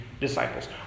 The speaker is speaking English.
disciples